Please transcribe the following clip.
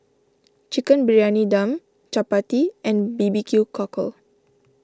Chicken Briyani Dum Chappati and B B Q Cockle